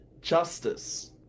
justice